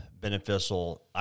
beneficial